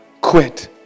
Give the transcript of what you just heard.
quit